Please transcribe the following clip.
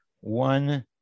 One